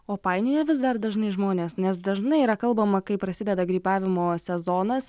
o painioja vis dar dažnai žmonės nes dažnai yra kalbama kai prasideda grybavimo sezonas